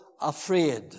afraid